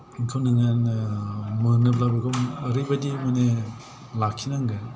बेखौ नोङो मोनोब्ला बेखौ ओरैबायदि माने लाखिनांगोन